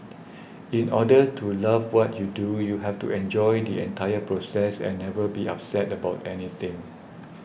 in order to love what you do you have to enjoy the entire process and never be upset about anything